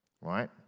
right